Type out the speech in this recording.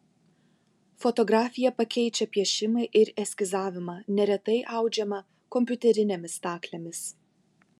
fotografija pakeičia piešimą ir eskizavimą neretai audžiama kompiuterinėmis staklėmis